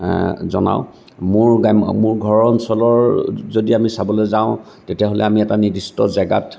জনাওঁ মোৰ গ্ৰাম্য মোৰ ঘৰৰ অঞ্চলৰ যদি আমি চাবলৈ যাওঁ তেতিয়াহ'লে আমি নিৰ্দিষ্ট এটা জেগাত